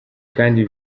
kandi